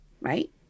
Right